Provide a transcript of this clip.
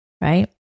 Right